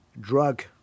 drug